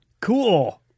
cool